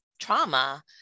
trauma